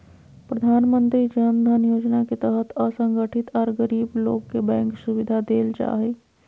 प्रधानमंत्री जन धन योजना के तहत असंगठित आर गरीब लोग के बैंक सुविधा देल जा हई